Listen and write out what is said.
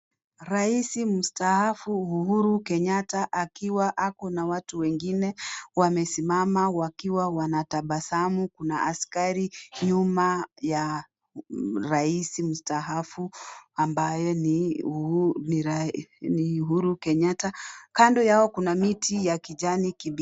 Rais mstaafu, Uhuru Kenyatta, akiwa ako na watu wengine, wamesimama wakiwa wanatabasamu na askari nyuma ya rais mstaafu ambaye ni Uhuru Kenyatta. Kando yao kuna miti ya kijani kibichi.